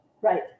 Right